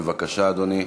בבקשה, אדוני.